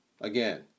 Again